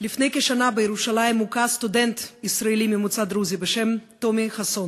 לפני כשנה הוכה בירושלים סטודנט ישראלי ממוצא דרוזי בשם טומי חסון.